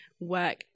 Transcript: work